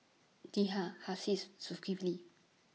Dhia Hasif Zulkifli